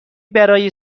برای